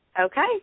Okay